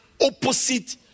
opposite